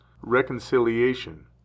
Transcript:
reconciliation